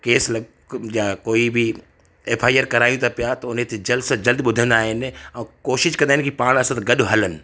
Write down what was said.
case या कोई बि एफ आई आर करायूं था पिया त उन ते जल्द सां जल्द ॿुधंदा आहिनि ऐं कोशिश कंदा आहिनि की पाण असां सां गॾु हलनि